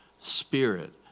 spirit